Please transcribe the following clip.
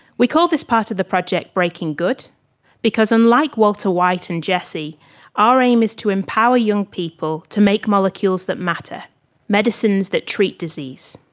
we call this part of the project breaking good because unlike walter white and jesse our aim is to empower young people to make molecules that matter medicines that treat disease.